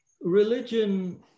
religion